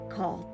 Call